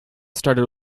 started